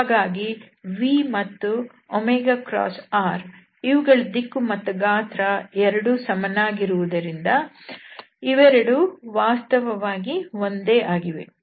ಹಾಗಾಗಿ vಮತ್ತುr ಇವುಗಳ ದಿಕ್ಕು ಮತ್ತು ಗಾತ್ರ ಎರಡು ಸಮನಾಗಿರುವುದರಿಂದ ಇವೆರಡು ವಾಸ್ತವವಾಗಿ ಒಂದೇ ಆಗಿವೆ